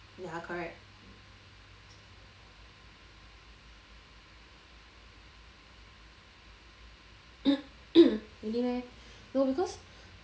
ya correct really meh no because